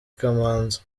kamanzi